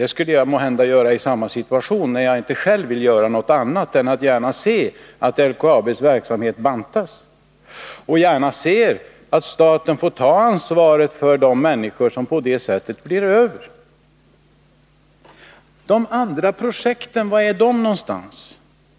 Det skulle måhända jag göra i samma situation om jag själv gärna såg att LKAB:s verksamhet bantades och att staten fick ta ansvaret för de människor som på det sättet blir över. De andra projekten — var är de någonstans?